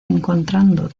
encontrando